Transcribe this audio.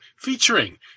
featuring